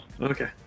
Okay